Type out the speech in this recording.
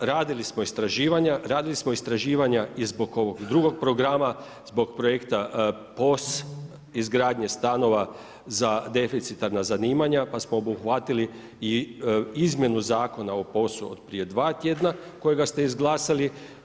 Da, radili smo istraživanja, radili smo istraživanja i zbog ovog drugog programa, zbog projekta POS izgradnje stanova za deficitarna zanimanja pa smo obuhvatili i izmjenu Zakona o POS-u od prije dva tjedna kojega ste izglasali.